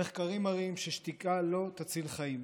המחקרים מראים ששתיקה לא תציל חיים.